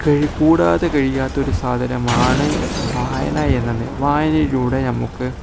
കൂടാതെ കഴിയാത്ത ഒരു സാധനമാണ് വായന എന്ന് വായനയിലൂടെ നമുക്ക്